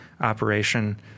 operation